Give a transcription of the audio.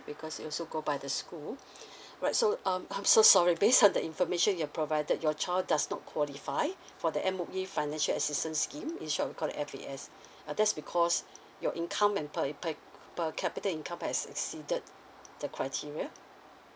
because it also go by the school alright so um I'm so sorry based on the information you're provided your child does not qualify for the M_O_E financial assistance scheme is short we call it F_A_S uh that is because your income and per pax per capita income has exceeded the criteria